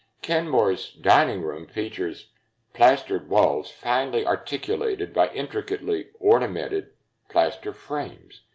kenmore's dining room features plastered walls finely articulated by intricately-ornamented plaster frames.